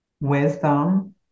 wisdom